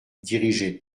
dirigeaient